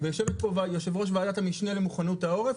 יושבת פה יושבת-ראש ועדת המשנה למוכנות העורף,